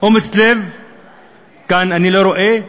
אומץ לב כאן אני לא רואה,